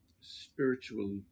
spiritual